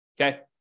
okay